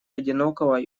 одинокого